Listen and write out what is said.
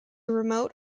remote